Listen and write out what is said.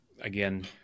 again